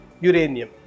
uranium